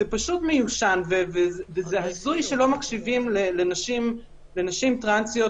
זה פשוט מיושן וזה הזוי שלא מקשיבים לנשים טרנסיות,